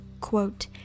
quote